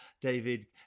David